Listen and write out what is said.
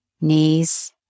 knees